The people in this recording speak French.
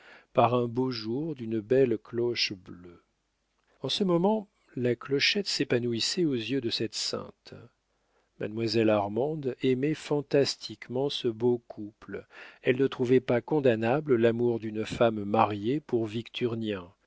par un beau jour d'une belle cloche bleue en ce moment la clochette s'épanouissait aux yeux de cette sainte mademoiselle armande aimait fantastiquement ce beau couple elle ne trouvait pas condamnable l'amour d'une femme mariée pour